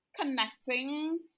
connecting